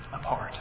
apart